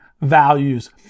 values